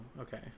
okay